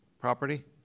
property